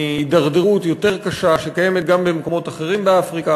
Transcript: מהידרדרות יותר קשה שקיימת גם במקומות אחרים באפריקה,